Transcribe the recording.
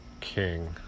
king